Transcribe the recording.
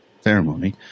ceremony